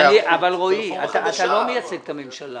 רועי, אתה לא מייצג את הממשלה.